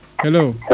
Hello